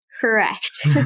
Correct